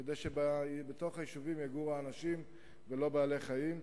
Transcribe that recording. כדי שבתוך היישובים יגורו אנשים ולא בעלי-חיים,